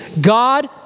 God